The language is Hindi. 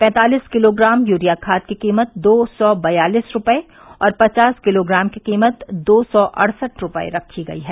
पैंतालिस किलोग्राम यूरिया खाद की कीमत दो सौ बयालिस रूपये और पचास किलोग्राम की कीमत दो सौ अड़सठ रूपये रखी गई है